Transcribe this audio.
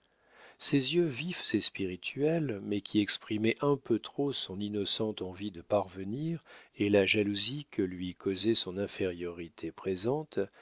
ses yeux vifs et spirituels mais qui exprimaient un peu trop son innocente envie de parvenir et la jalousie que lui causait son infériorité présente